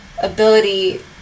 ability